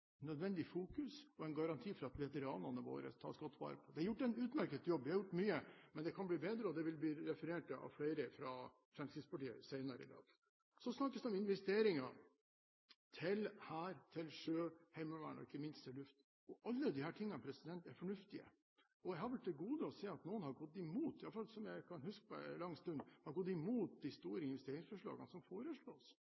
nødvendig fokus på og en garanti for at veteranene våre tas godt vare på. Det er gjort en utmerket jobb. Vi har gjort mye, men det kan bli bedre. Det vil bli referert til av flere fra Fremskrittspartiet senere i dag. Så snakkes det om investeringer til hær, til sjø, til Heimevernet og ikke minst til luft. Alle disse tingene er fornuftige. Jeg har til gode å se – i alle fall som jeg kan huske på en lang stund – at noen har gått imot de